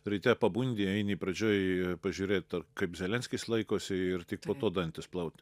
ryte pabundi eini pradžioj pažiūrėt ar kaip zelenskis laikosi ir tik po to dantis plaut